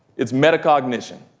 it's metacognition.